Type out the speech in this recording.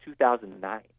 2009